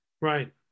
Right